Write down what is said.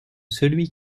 celui